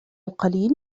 القليل